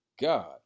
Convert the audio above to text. God